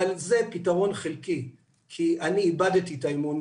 אבל זה פתרון חלקי כי אני איבדתי את האמון.